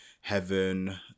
heaven